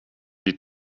die